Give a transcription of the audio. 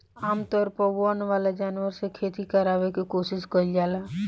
आमतौर पर वन वाला जानवर से खेती करावे के कोशिस कईल जाला